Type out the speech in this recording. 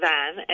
Van